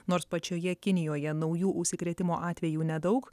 nors pačioje kinijoje naujų užsikrėtimo atvejų nedaug